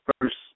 first